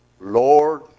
Lord